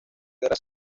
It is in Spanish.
guerra